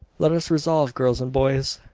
let us resolve, girls and boys,